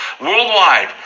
worldwide